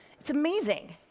it's amazing.